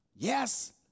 Yes